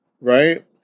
Right